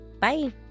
bye